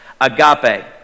Agape